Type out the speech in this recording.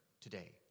today